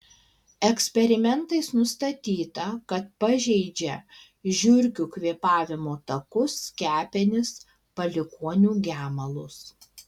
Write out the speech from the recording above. eksperimentais nustatyta kad pažeidžia žiurkių kvėpavimo takus kepenis palikuonių gemalus